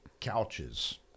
couches